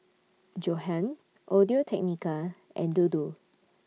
Johan Audio Technica and Dodo